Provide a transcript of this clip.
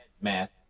math